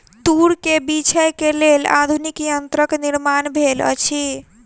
तूर के बीछै के लेल आधुनिक यंत्रक निर्माण भेल अछि